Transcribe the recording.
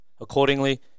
accordingly